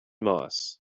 moss